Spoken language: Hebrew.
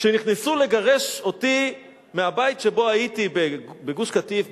כשנכנסו לגרש אותי מהבית שבו הייתי בגוש-קטיף,